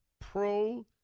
pro